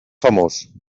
famós